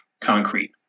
concrete